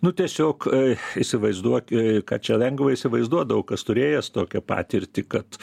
nu tiesiog įsivaizduok ką čia lengva įsivaizduot daug kas turėjęs tokią patirtį kad